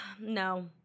No